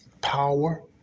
power